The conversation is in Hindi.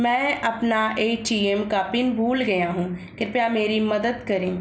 मैं अपना ए.टी.एम का पिन भूल गया हूं, कृपया मेरी मदद करें